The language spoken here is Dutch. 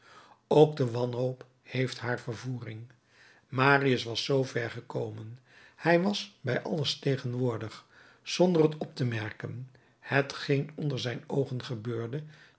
ook de wanhoop heeft haar vervoering marius was zoo ver gekomen hij was bij alles tegenwoordig zonder het op te merken hetgeen onder zijn oogen gebeurde